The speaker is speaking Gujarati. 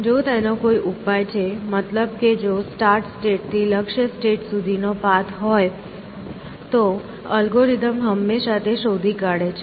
જો તેનો કોઈ ઉપાય છે મતલબ કે જો સ્ટાર્ટ સ્ટેટ થી લક્ષ્ય સ્ટેટ સુધીનો પાથ હોય તો અલ્ગોરિધમ હંમેશા તે શોધી કાઢે છે